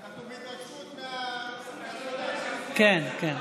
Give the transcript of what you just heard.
אנחנו בהתרגשות מה, כן, כן.